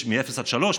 מאפס עד שלוש,